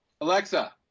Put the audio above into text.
Alexa